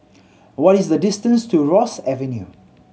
what is the distance to Ross Avenue